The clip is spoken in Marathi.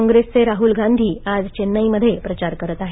काँग्रेसचे राहुल गांधी आज चेन्नईमध्ये प्रचार करीत आहेत